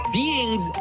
beings